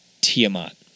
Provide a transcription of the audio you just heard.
Tiamat